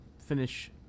finish